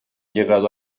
llegado